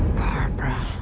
barbara,